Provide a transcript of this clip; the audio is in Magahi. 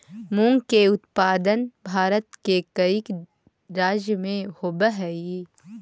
मूंग के उत्पादन भारत के कईक राज्य में होवऽ हइ